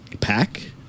pack